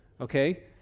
Okay